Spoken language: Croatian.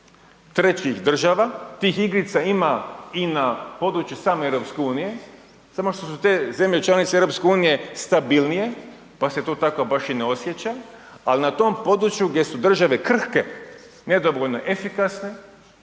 trećih država, tih igrica ima i na području same EU, samo što su te zemlje članice EU stabilnije pa se to tako baš i ne osjeća, ali na tom području gdje su države krhke, nedovoljno efikasne